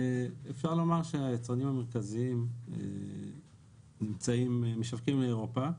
אפשר לומר היצרנים המרכזיים משווקים מאירופה.